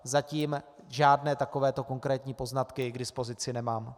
Zatím žádné takovéto konkrétní poznatky k dispozici nemám.